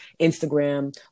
Instagram